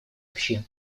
общин